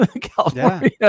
California